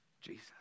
Jesus